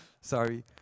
Sorry